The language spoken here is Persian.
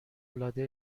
العاده